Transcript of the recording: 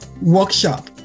workshop